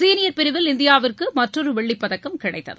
senior பிரிவில் இந்தியாவிற்கு மற்றொரு வெள்ளிப் பதக்கம் கிடைத்தது